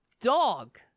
dog